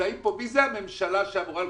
מי זה הממשלה שאמורה לקבל?